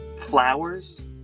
flowers